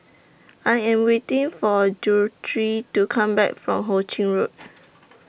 I Am waiting For Guthrie to Come Back from Ho Ching Road